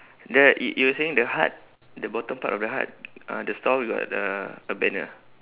the y~ you were saying the hut the bottom part of the hut uh the stall with uh the a banner